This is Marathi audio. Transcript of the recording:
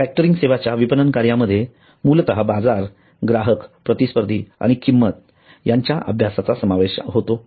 फॅक्टरिंग सेवांच्या विपणन कार्यामध्ये मूलत बाजार ग्राहक प्रतिस्पर्धी आणि किंमत यांच्या अभ्यासाचा समावेश असतो